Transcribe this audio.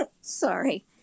Sorry